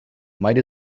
might